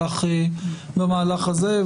במהלך הזה.